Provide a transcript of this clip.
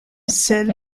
sel